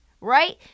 right